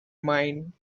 mind